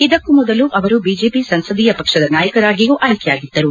ಇದಕ್ಕೂ ಮೊದಲು ಬಿಜೆಪಿ ಸಂಸದೀಯ ಪಕ್ಷದ ನಾಯಕರಾಗಿಯೂ ಅವರು ಆಯ್ಲೆಯಾಗಿದ್ದರು